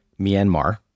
Myanmar